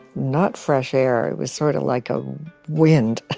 not fresh air, it was sort of like a wind.